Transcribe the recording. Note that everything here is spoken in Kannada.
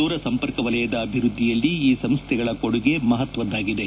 ದೂರಸಂಪರ್ಕ ವಲಯದ ಅಭಿವೃದ್ದಿಯಲ್ಲಿ ಈ ಸಂಸ್ಥೆಗಳ ಕೊಡುಗೆ ಮಹತ್ವದ್ದಾಗಿದೆ